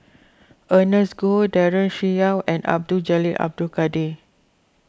Ernest Goh Daren Shiau and Abdul Jalil Abdul Kadir